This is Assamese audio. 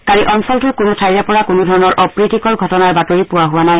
কালি অঞ্চলটোৰ কোনো ঠাইৰেপৰা কোনোধৰণৰ অপ্ৰীতিকৰ ঘটনাৰ বাতৰি পোৱা হোৱা নাই